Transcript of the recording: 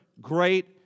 great